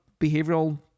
behavioral